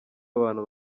abantu